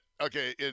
okay